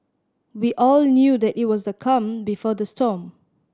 we all knew that it was the calm before the storm